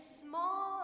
small